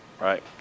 Right